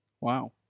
Wow